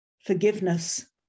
Forgiveness